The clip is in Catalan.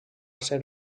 ser